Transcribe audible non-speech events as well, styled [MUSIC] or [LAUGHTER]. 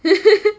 [LAUGHS]